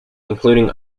including